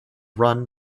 run